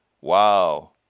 Wow